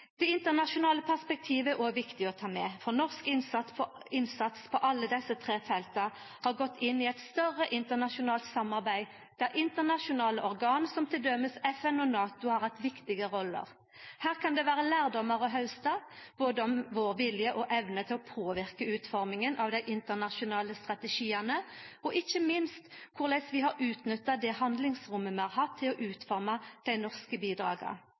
Det internasjonale perspektivet er òg viktig å ta med, for norsk innsats på alle desse tre felta har gått inn i eit større internasjonalt samarbeid der internasjonale organ som t.d. FN og NATO har hatt viktige roller. Her kan det vera lærdomar å hausta, både om vår vilje og evne til å påverka utforminga av dei internasjonale strategiane og ikkje minst korleis vi har utnytta det handlingsrommet vi har hatt til å utforma dei norske bidraga.